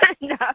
no